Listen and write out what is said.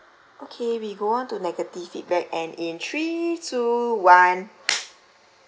okay we go on to negative feedback and in three two one